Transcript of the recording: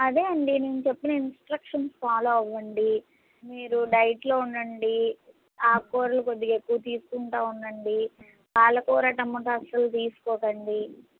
అదే అండి నేను చెప్పిన ఇంస్ట్రక్షన్స ఫాలో అవ్వండి మీరు డైట్లో ఉండండి ఆక్కూరలు కొద్దిగా ఎక్కువగా తీసుకుంటు ఉండండి పాలకూర టొమాటో అస్సలు తీసుకోకండి